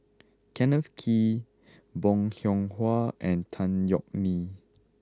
Kenneth Kee Bong Hiong Hwa and Tan Yeok Nee